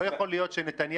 לא יכול להיות שנתניהו,